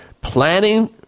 planning